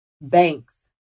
banks